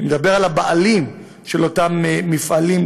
אני מדבר על הבעלים של אותם מפעלים,